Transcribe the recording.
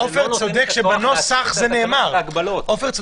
עופר צודק שבנוסח זה מה שכתוב.